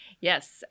Yes